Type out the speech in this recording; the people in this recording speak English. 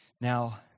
Now